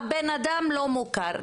הבן-אדם לא מוכר.